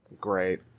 Great